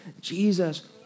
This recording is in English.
Jesus